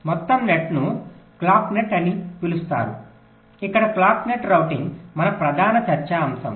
మొత్తం నెట్ను clock net అని పిలుస్తారు ఇక్కడ క్లాక్ నెట్ రౌటింగ్ మన ప్రధాన చర్చా అంశం